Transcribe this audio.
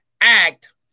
act